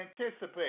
anticipate